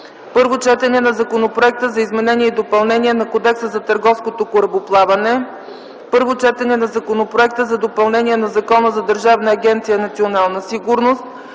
Първо четене на Законопроекта за изменение и допълнение на Кодекса на търговското корабоплаване. Първо четене на Законопроекта за допълнение на Закона за Държавна агенция „Национална сигурност”.